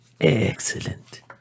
Excellent